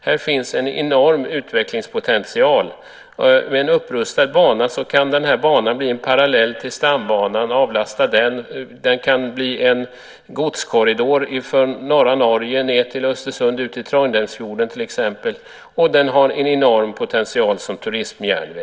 Här finns en enorm utvecklingspotential. Om den rustas upp kan den här banan bli en parallell till Stambanan och avlasta den. Den kan till exempel bli en godskorridor från norra Norge ned till Östersund och ut till Trondheimsfjorden. Den har också en enorm potential som turistjärnväg.